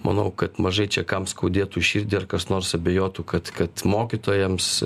manau kad mažai čia kam skaudėtų širdį ar kas nors abejotų kad kad mokytojams